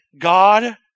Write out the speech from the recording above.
God